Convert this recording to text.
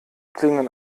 klingen